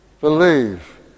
Believe